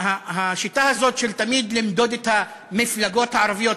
השיטה הזאת של למדוד תמיד את המפלגות הערביות,